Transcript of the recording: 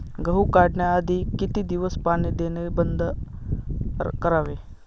गहू काढण्याआधी किती दिवस पाणी देणे बंद करावे?